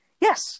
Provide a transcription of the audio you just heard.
Yes